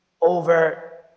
over